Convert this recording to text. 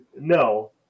No